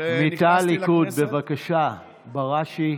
ובמקרה הזה עשו את זה כדי להפיל ראש ממשלה